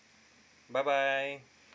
bye bye